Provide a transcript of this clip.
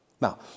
Now